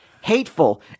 hateful